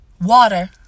Water